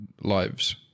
lives